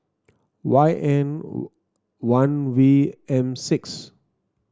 Y N one V M six